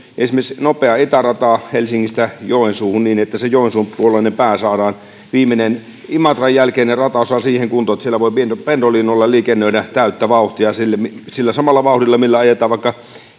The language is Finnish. nopea itärata helsingistä joensuuhun niin että se joensuun puoleinen pää viimeinen imatran jälkeinen rataosa saadaan siihen kuntoon että siellä voi pendolinolla liikennöidä täyttä vauhtia sillä samalla vauhdilla millä ajetaan vaikka